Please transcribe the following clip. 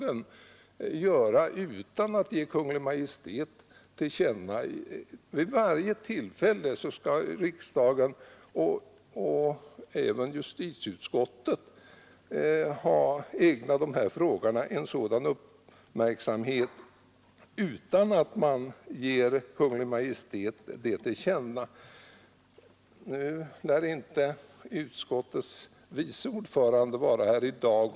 En sådan prövning skall riksdagen göra ändå. Vid varje tillfälle skall riksdagen och även justitieutskottet ägna dessa frågor sådan uppmärksamhet utan att man ger Kungl. Maj:t det till känna. Nu är inte utskottets vice ordförande här i dag.